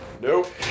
nope